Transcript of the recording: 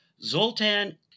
Zoltan